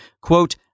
quote